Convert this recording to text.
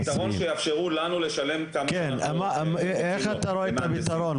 פתרון שיאפשרו לנו לשלם כמה שאנחנו --- איך אתה רואה את הפתרון,